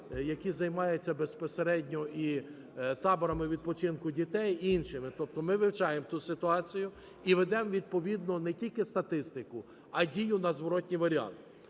які займаються безпосередньо і таборами відпочинку дітей, і інші. Тобто ми вивчаємо ту ситуацію і ведемо відповідно не тільки статистику, а дію на зворотній варіант.